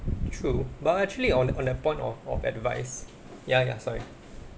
true but actually on on that point of of advice ya ya sorry